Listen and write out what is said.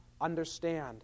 understand